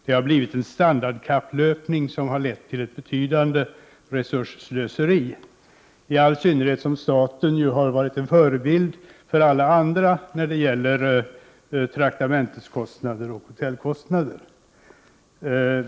Det har blivit en standardkapplöpning som har lett till ett betydande resursslöseri, i all synnerhet som staten har varit en förebild för alla andra när det gäller traktamentskostnader och hotellkostnader.